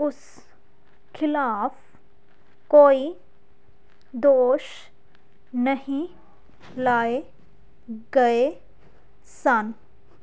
ਉਸ ਖਿਲਾਫ ਕੋਈ ਦੋਸ਼ ਨਹੀਂ ਲਾਏ ਗਏ ਸਨ